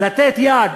לתת יד